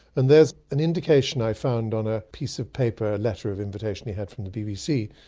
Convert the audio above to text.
and there's an indication i found on a piece of paper, a letter of invitation he had from the bbc,